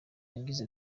yagize